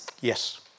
Yes